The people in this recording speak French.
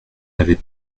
n’avez